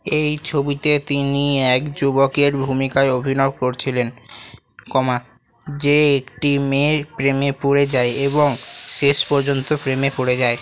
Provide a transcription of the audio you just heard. এই ছবিতে তিনি এক যুবকের ভূমিকায় অভিনয় করছিলেন কমা যে একটি মেয়ের প্রেমে পড়ে যায় এবং শেষ পর্যন্ত প্রেমে পড়ে যায়